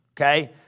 Okay